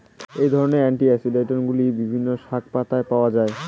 এই ধরনের অ্যান্টিঅক্সিড্যান্টগুলি বিভিন্ন শাকপাতায় পাওয়া য়ায়